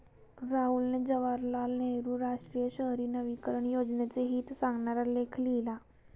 राहुलने जवाहरलाल नेहरू राष्ट्रीय शहरी नवीकरण योजनेचे हित सांगणारा लेख लिहिला